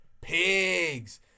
Pigs